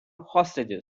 hostages